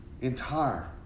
Entire